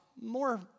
more